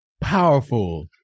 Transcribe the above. Powerful